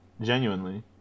genuinely